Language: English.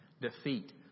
defeat